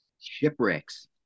Shipwrecks